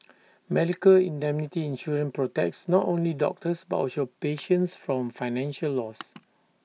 medical indemnity insurance protects not only doctors but also patients from financial loss